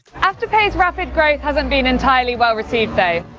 afterpay's rapid growth hasn't been entirely well-received, though.